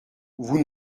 vous